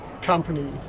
company